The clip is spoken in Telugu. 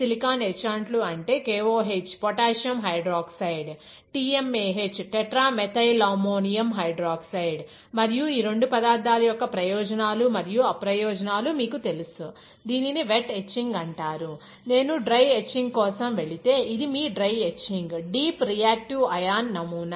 సిలికాన్ ఎట్చాన్ట్ లు అంటే KOH potassium hydroxide tetramethylammonium hydroxide మరియు ఈ రెండు పదార్థాల యొక్క ప్రయోజనాలు మరియు అప్రయోజనాలు మీకు తెలుసు దీనిని వెట్ ఎచ్చింగ్ అంటారు నేను DRI కోసం వెళితే ఇది మీ dry etching deep reactive ion నమూన